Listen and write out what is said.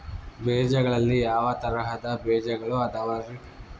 ಬೇಜಗಳಲ್ಲಿ ಯಾವ ತರಹದ ಬೇಜಗಳು ಅದವರಿ?